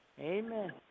Amen